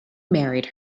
married